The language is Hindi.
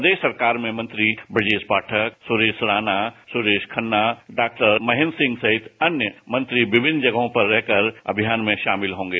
प्रदेश सरकार में मंत्री ब्रजेश पाठक सुरेश राणा सुरेश खन्ना डॉक्टर महेन्द्र सिंह सहित अन्य मंत्री विभिन्न जगहों पर रहकर अभियान में शामिल होंगे